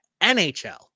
NHL